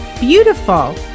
beautiful